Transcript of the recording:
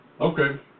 Okay